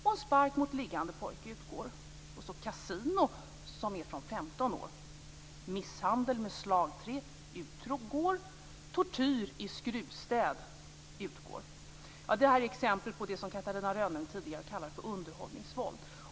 Casino är tillåten från femton år. En del där misshandel med slagträd förekommer utgår. Och en del där tortyr i skruvstäd förekommer utgår. Det här är exempel på vad Catarina Rönnung tidigare kallade för underhållningsvåld.